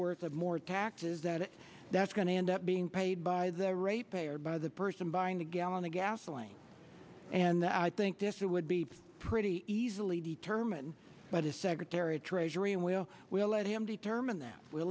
worth of more taxes that it that's going to end up being paid by the rape a or by the person buying a gallon of gasoline and i think this it would be pretty easily determined by the secretary of treasury and we'll we'll let him determine that we